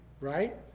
right